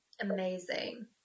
Amazing